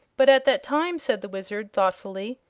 but, at that time, said the wizard, thoughtfully,